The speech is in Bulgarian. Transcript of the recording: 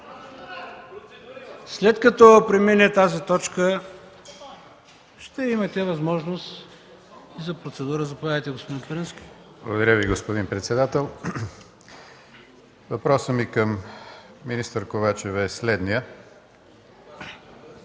След като премине тази точка, ще имате възможност за процедура. Заповядайте, господин Пирински. ГЕОРГИ ПИРИНСКИ (КБ): Благодаря Ви, господин председател. Въпросът ми към министър Ковачева е следният.